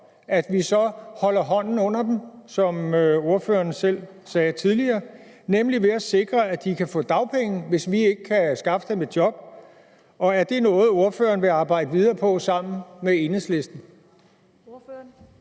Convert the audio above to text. job, så holder vi hånden under dem, som ordføreren selv sagde tidligere, nemlig ved at sikre, at de kan få dagpenge, hvis vi ikke kan skaffe dem et job? Og er det noget, ordføreren vil arbejde videre på sammen med Enhedslisten?